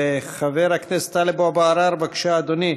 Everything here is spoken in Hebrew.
חבר הכנסת טלב אבו עראר, בבקשה, אדוני.